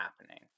happening